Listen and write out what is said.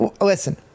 listen